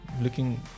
Looking